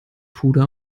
puder